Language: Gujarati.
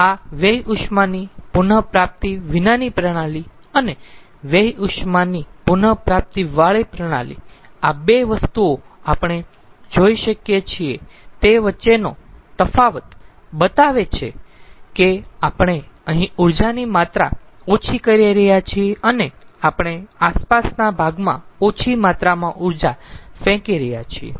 તેથી આ વ્યય ઉષ્માની પુન પ્રાપ્તિ વિનાની પ્રણાલી અને વ્યય ઉષ્મા ની પુન પ્રાપ્તિવાળી પ્રણાલી આ 2 વસ્તુઓ આપણે જોઈ શકીયે છીએ તે વચ્ચેનો તફાવત બતાવે છે કે આપણે અહીં ઊર્જાની માત્રા ઓછી કરી રહ્યા છીએ અને આપણે આસપાસના ભાગમાં ઓછી માત્રામાં ઊર્જા ફેંકી રહ્યા છીએ